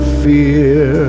fear